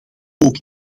ook